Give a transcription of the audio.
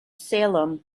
salem